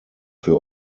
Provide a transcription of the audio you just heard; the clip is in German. für